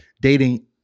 dating